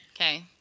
Okay